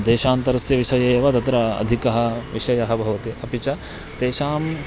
देशान्तरस्य विषये एव तत्र अधिकः विषयः भवति अपि च तेषां